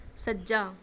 ਸੱਜਾ